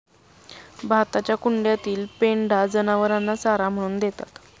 भाताच्या कुंड्यातील पेंढा जनावरांना चारा म्हणून देतात